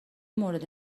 مورد